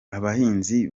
abahinzi